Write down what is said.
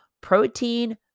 protein